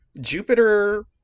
Jupiter